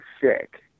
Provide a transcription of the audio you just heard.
sick